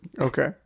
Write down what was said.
Okay